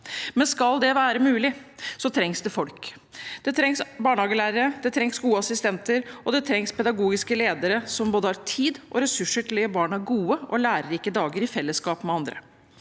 Men skal det være mulig, trengs det folk. Det trengs barnehagelærere, det trengs gode assistenter og det trengs pedagogiske ledere som har både tid og ressurser til å gi barna gode og lærerike dager i fellesskap med andre.